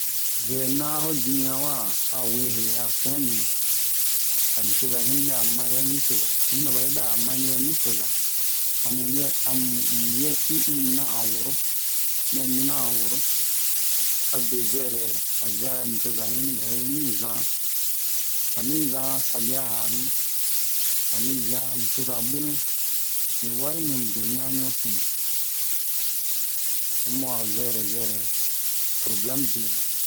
buɛ na a'o dimiyan wa awe he a fin mi bani coza hini bɛ'a mayɛ nicoza un'yino ba'i bɛ'a mayɛ nicoza amuyɛ amuyɛsi un mina an woro mɛ mina an woro abe zɛrɛ ba zara nicoza hini bɛmi zan bami zan sabia hanu bami zan nicoza bwenu ni wari mini bwe wian ɲusin omu'a ho zɛrɛ zɛrɛ problème be